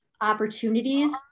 opportunities